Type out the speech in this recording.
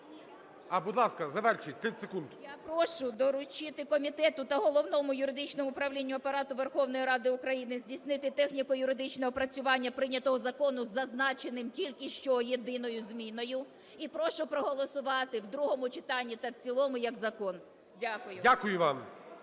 А, будь ласка, завершуйте. 30 секунд. 13:57:12 ЮЖАНІНА Н.П. Я прошу доручити комітету та Головному юридичному управлінню Апарату Верховної Ради України здійснити техніко-юридичне опрацювання прийнятого закону з зазначеним тільки що – єдиною зміною. І прошу проголосувати в другому читанні та в цілому як закон. Дякую. ГОЛОВУЮЧИЙ.